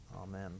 Amen